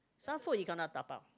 some food you cannot dabao